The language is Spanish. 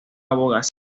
abogacía